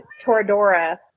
Toradora